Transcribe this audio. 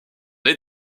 nés